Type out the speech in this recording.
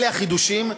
אלה החידושים,